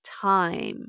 time